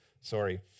Sorry